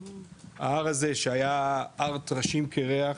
ההר הזה שהיה הר טרשים קירח,